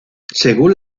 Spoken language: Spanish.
según